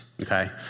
okay